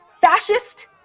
fascist